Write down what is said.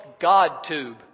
GodTube